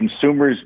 consumers